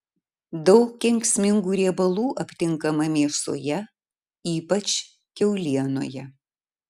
daug kenksmingų riebalų aptinkama mėsoje ypač kiaulienoje